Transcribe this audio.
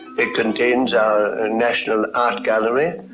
it contains our national art gallery.